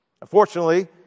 Unfortunately